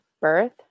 Birth